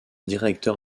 directeur